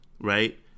right